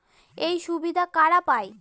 এই সুবিধা কারা পায়?